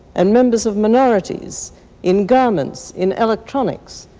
and members of minorities in garments, in electronics.